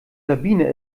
sabine